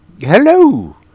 Hello